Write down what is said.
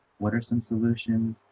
what are some solutions?